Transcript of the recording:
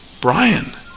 Brian